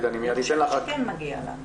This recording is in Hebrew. אני חושבת שכן מגיע לנו.